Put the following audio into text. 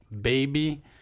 baby